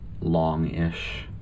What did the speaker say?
long-ish